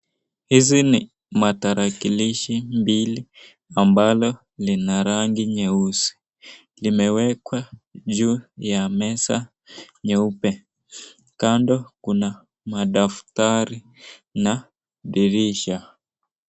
Hizi ni matarakilishi mbili ambalo lina rangi nyeusi, limewekwa juu ya meza nyeupe. Kando kuna madaftari na dirisha.